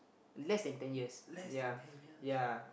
less than ten years ya ya